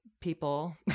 people